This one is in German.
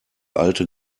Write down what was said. alte